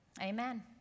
Amen